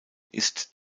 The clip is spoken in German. ist